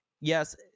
yes